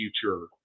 future